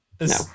No